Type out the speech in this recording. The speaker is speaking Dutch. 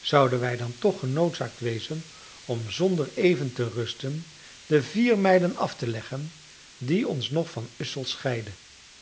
zouden wij dan toch genoodzaakt wezen om zonder even te rusten de vier mijlen af te leggen die ons nog van ussel scheidden